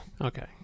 Okay